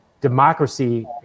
democracy